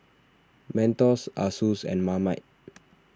Mentos Asus and Marmite